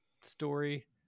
story